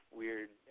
weird